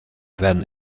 werden